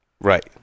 Right